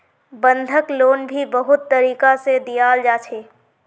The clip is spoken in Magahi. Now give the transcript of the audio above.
बंधक लोन भी बहुत तरीका से दियाल जा छे